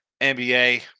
NBA